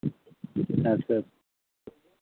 ᱦᱮᱸ ᱥᱮᱨ